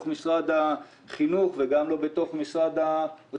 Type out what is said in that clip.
משרד החינוך וגם לא בתוך משרד האוצר.